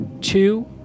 two